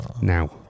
Now